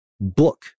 book